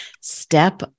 step